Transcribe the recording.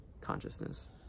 consciousness